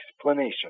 explanation